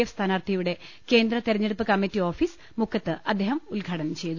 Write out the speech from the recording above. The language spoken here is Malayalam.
എഫ് സ്ഥാനാർത്ഥിയുടെ കേന്ദ്ര തെര ഞ്ഞെടുപ്പ് കമ്മറ്റി ഓഫീസ് മുക്കത്ത് അദ്ദേഹം ഉദ്ഘാടനം ചെയ്തു